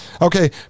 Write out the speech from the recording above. Okay